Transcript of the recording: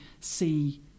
see